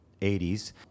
80s